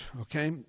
okay